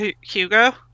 Hugo